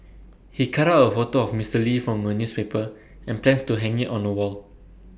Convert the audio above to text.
he cut out A photo of Mister lee from A newspaper and plans to hang IT on the wall